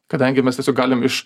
kadangi mes tiesiog galim iš